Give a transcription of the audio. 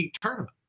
tournament